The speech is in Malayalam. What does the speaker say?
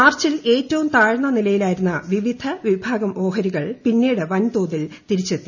മാർച്ചിൽ ഏറ്റവും താഴ്ന്ന നിലയിലായിരുന്ന വിവിധ വിഭാഗം ഓഹരികൾ പിന്നീട് വൻതോതിൽ തിരിച്ചെത്തി